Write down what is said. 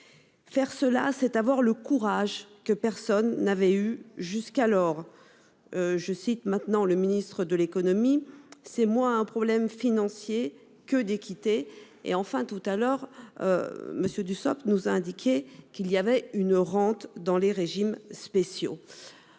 Faire cela, c'est avoir le courage que personne n'avait eu jusqu'alors. Je cite maintenant le ministre de l'économie c'est moi un problème financier que d'équité et enfin tout à l'heure. Monsieur Dussopt nous a indiqué qu'il y avait une rente dans les régimes spéciaux.